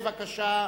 בבקשה,